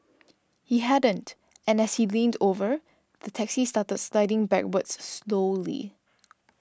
he hadn't and as he leaned over the taxi started sliding backwards slowly